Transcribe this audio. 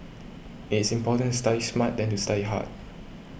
it is important study smart than to study hard